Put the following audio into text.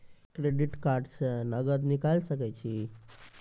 Credit card से नगद निकाल सके छी?